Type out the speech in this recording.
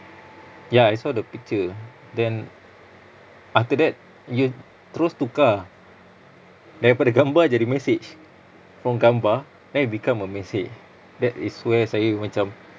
ya I saw the picture then after that you terus tukar daripada gambar jadi message from gambar then it become a message that is where saya macam